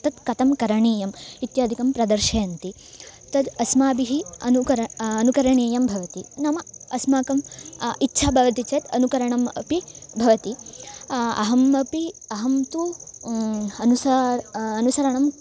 तत् कथं करणीयम् इत्यादिकं प्रदर्शयन्ति तद् अस्माभिः अनुकरणम् अनुकरणीयं भवति नाम अस्माकं इच्छा भवति चेत् अनुकरणम् अपि भवति अहम् अपि अहं तु अनुसारम् अनुसरणं